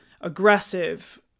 aggressive